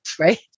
Right